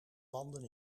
landen